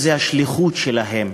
זו השליחות שלהם,